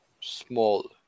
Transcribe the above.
small